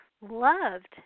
loved